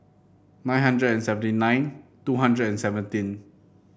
nine hundred and seventy nine two hundred and seventeen